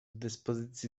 dyspozycji